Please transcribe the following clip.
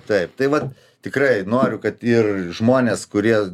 taip tai vat tikrai noriu kad ir žmonės kurie